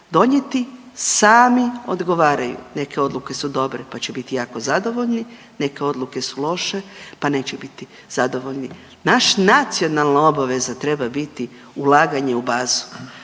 donijeti sami odgovaraju. Neke odluke su dobre, pa će biti jako zadovoljni, neke odluke su loše pa neće biti zadovoljni. Naša nacionalna obaveza treba biti ulaganje u bazu.